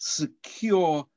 secure